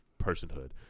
personhood